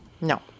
No